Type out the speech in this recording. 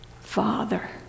Father